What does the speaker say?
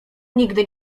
nigdy